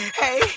hey